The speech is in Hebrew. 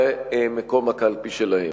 במקום הקלפי שלהם.